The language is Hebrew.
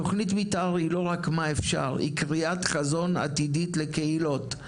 תכנית מתאר היא לא רק מה אפשר; היא קריאת חזון עתידית לקהילות,